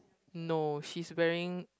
no she's wearing